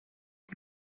die